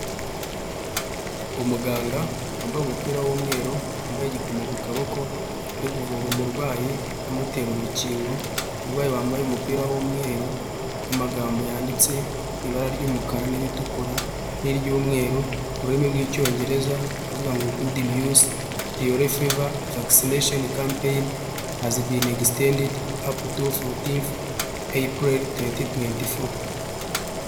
Umuganga wambaye umupira w'umweru, wambaye igikomo ku kaboko, uri kuvura umurwayi amutera urukingo; umurwayi wambaye umupira w'umweru, amagambo yanditse mu ibara ry'umukara n' iritukura n'iry'umweru mu rurimi rw'icyongereza avuga ngo good news , the yellow fever, vaccination campaign has been extended up to fourteenth, April twenty twenty-four.